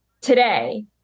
today